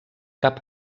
cap